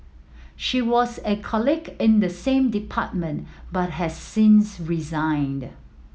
she was a colleague in the same department but has since resigned